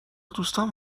دوستام